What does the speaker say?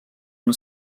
una